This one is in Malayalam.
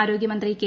ആരോഗ്യ മന്ത്രി കെ